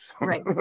Right